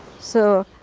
so,